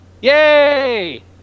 Yay